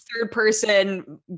third-person